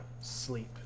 sleep